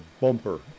bumper